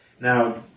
Now